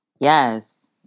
Yes